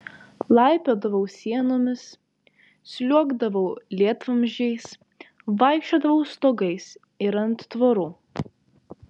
laipiodavau sienomis sliuogdavau lietvamzdžiais vaikščiodavau stogais ir ant tvorų